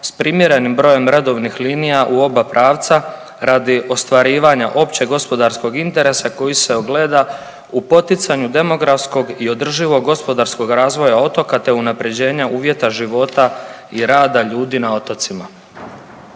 s primjerenim brojem redovnih linija u oba pravca radi ostvarivanja općeg gospodarskog interesa koji se ogleda u poticanju demografskog i održivog gospodarskog razvoja otoka, te unapređenja uvjeta života i rada ljudi na otocima.